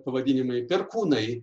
pavadinimai perkūnai